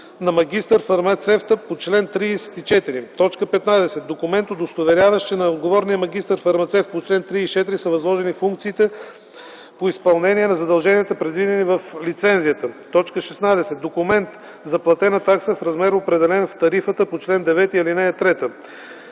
на магистър-фармацевт по чл. 34; 15. документ, удостоверяващ, че на отговорния магистър-фармацевт по чл. 34 са възложени функциите по изпълнение на задълженията, предвидени в лицензията; 16. документ за платена такса в размер, определен в тарифата по чл. 9, ал. 3.